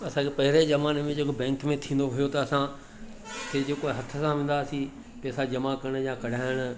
असांखे पहिरें ज़माने में जेको बैंक में थींदो हुयो त असां खे जेको हथ सां वेंदा हुआसीं पेसा जमा करण जा कढाइणु